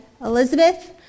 Elizabeth